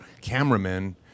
cameramen